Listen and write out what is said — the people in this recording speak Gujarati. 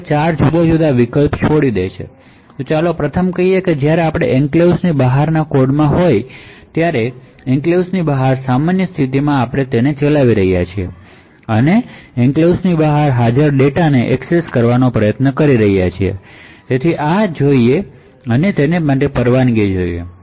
આ આપણને ચાર જુદા જુદા વિકલ્પો આપે છે ચાલો પ્રથમ કહીએ કે જ્યારે તમે એન્ક્લેવ્સ ની બહારના કોડમાં હો ત્યારે તમે એન્ક્લેવ્સ ની બહાર સામાન્ય સ્થિતિમાં કોડ ચલાવી રહ્યા હોવ અને તમે એન્ક્લેવ્સ ની બહાર હાજર ડેટાને એક્સેસ કરવાનો પ્રયાસ કરી રહ્યાં છો આ માટેપરવાનગી છે